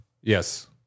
Yes